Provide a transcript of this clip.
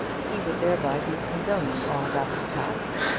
he would thereby be condoning all that was past,